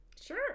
Sure